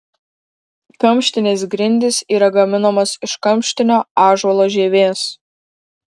kamštinės grindys yra gaminamos iš kamštinio ąžuolo žievės